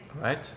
Right